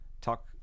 talk